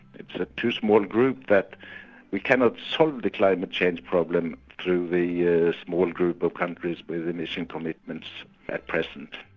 it's a too-small group that we cannot solve the climate change problem through the ah small group of countries with emission commitments at present.